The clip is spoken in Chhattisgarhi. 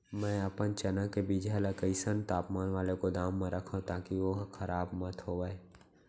मैं अपन चना के बीजहा ल कइसन तापमान वाले गोदाम म रखव ताकि ओहा खराब मत होवय?